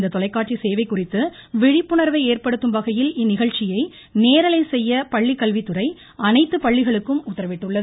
இந்த தொலைக்காட்சி சேவை குறித்து விழிப்புணர்வு ஏற்படுத்தும்வகையில் இந்நிகழ்ச்சியை நேரலை செய்ய பள்ளிக்கல்வித்துறை அனைத்துப் பள்ளிகளுக்கும் உத்தரவிட்டுள்ளது